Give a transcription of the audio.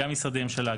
גם משרדי ממשלה,